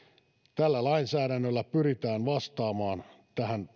tällä lainsäädännöllä pyritään vastaamaan tähän